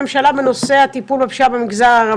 מדברים על הרחבה של המענים החברתיים והרגשיים,